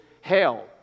hell